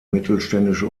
mittelständische